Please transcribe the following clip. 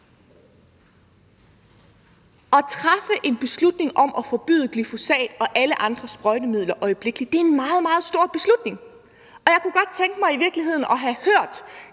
At træffe en beslutning om at forbyde glyfosat og alle andre sprøjtemidler øjeblikkeligt er en meget, meget stor beslutning, og jeg kunne i virkeligheden godt have tænkt